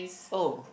oh